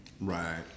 Right